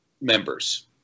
members